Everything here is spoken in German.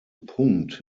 punkt